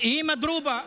היא מדרובה.